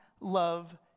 love